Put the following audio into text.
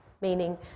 meaning